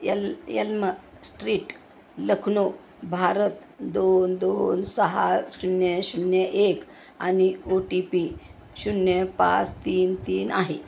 L यल्म street Lucknow Bharat दोन दोन सहा शून्य शून्य एक आणि ओ टी पी शून्य पास तीन तीन आहे